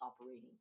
operating